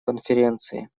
конференции